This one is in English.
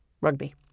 Rugby